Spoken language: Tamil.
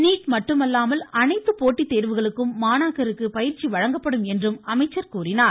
நீட் மட்டுமல்லாமல் அனைத்து போட்டித் தேர்வுகளுக்கும் மாணாக்கருக்கு பயிற்சி வழங்கப்படும் என்றும் அமைச்சர் கூறினார்